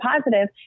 positive